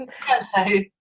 Hello